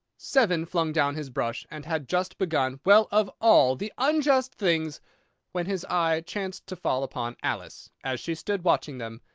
seven flung down his brush, and had just begun well, of all the unjust things when his eye chanced to fall upon alice, as she stood watching them,